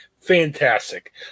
Fantastic